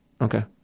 Okay